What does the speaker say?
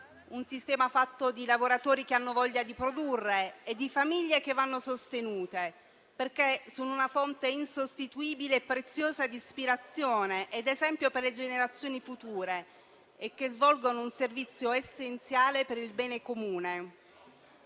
Italia, fatto di lavoratori che hanno voglia di produrre e di famiglie che vanno sostenute, perché sono una fonte insostituibile e preziosa di ispirazione e di esempio per le generazioni future e svolgono un servizio essenziale per il bene comune.